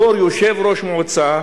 בתור יושב-ראש מועצה,